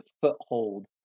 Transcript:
foothold